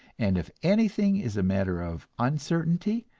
and if anything is a matter of uncertainty,